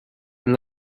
and